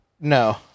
No